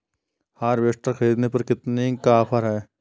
Harvester ख़रीदने पर कितनी का ऑफर है?